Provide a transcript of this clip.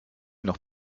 noch